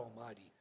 Almighty